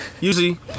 usually